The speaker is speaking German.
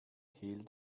hehl